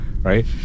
Right